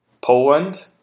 Poland